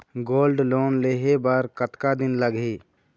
Gold loan लेहे बर कतका दिन लगही?